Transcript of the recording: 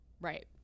Right